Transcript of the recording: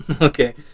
Okay